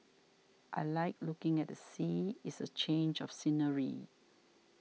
I like looking at the sea it's a change of scenery